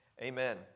amen